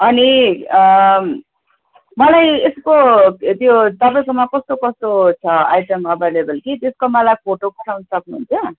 अनि मलाई यसको त्यो तपाईँकोमा कस्तो कस्तो छ आइटम अभाइलेबल कि त्यसको मलाई फोटो पठाउनु सक्नुहुन्छ